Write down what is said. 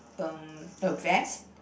um a vest